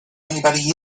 anybody